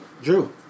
Drew